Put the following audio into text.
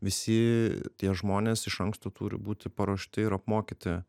visi tie žmonės iš anksto turi būti paruošti ir apmokyti